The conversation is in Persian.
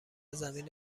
زمین